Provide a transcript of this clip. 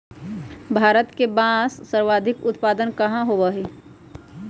भारत में बांस के सर्वाधिक उत्पादन कहाँ होबा हई?